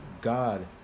God